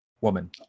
woman